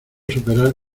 superar